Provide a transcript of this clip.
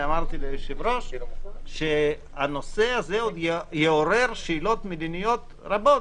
ואמרתי ליושב שהנושא הזה עוד יעורר שאלות מדיניות רבות.